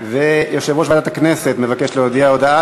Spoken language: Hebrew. עברה ותטופל בוועדת החוקה,